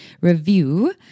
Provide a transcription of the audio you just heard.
review